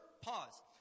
Pause